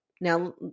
Now